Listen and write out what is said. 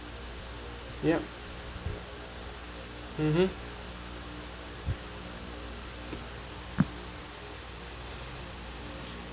yup mmhmm